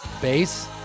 bass